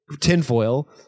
tinfoil